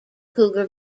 cougar